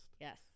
Yes